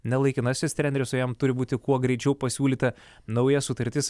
ne laikinasis treneris o jam turi būti kuo greičiau pasiūlyta nauja sutartis